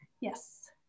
Yes